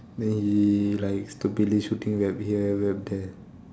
then he like stupidly shooting web here web there